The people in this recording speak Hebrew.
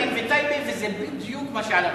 הורסים בתים בטייבה, וזה בדיוק מה שעלה בשיחה.